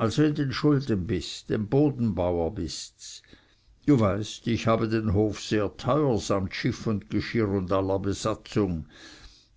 in den schulden bist dem bodenbauer bists du weißt ich habe den hof sehr teuer samt schiff und gschirr und aller bsatzung